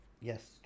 Yes